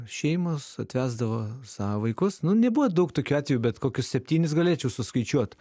šeimos atvesdavo savo vaikus nu nebuvo daug tokių atvejų bet kokius septynis galėčiau suskaičiuot